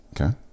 Okay